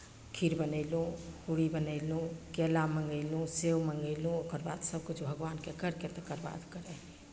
खीर बनयलहुँ पूरी बनयलहुँ केरा मङ्गयलहुँ सेब मङ्गयलहुँ ओकर बाद सभकिछु भगवानके करि कऽ तकर बाद करै हियै